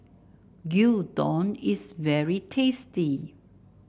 gyudon is very tasty